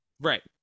right